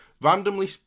randomly